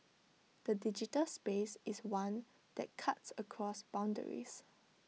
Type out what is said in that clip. the digital space is one that cuts across boundaries